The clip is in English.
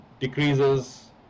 decreases